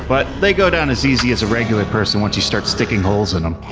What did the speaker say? but they go down as easy as a regular person once you start sticking holes in them.